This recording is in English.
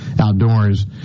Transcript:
Outdoors